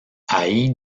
ahí